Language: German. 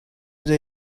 der